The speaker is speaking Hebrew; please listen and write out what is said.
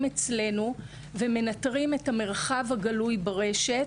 אצלנו ומאתרים את המרחב הגלוי ברשת.